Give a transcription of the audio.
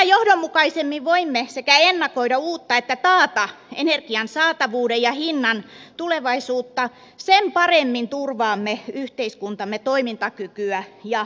mitä johdonmukaisemmin voimme sekä ennakoida uutta että taata energian saatavuuden ja hinnan tulevaisuutta sen paremmin turvaamme yhteiskuntamme toimintakykyä ja elinvoimaa